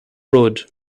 road